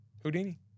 Houdini